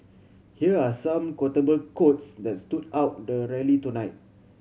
here are some quotable quotes that stood out at the rally tonight